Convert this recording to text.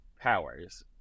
powers